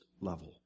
level